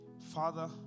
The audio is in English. Father